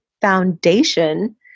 foundation